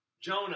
Jonah